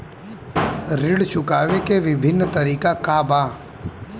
ऋण चुकावे के विभिन्न तरीका का बा?